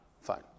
Fine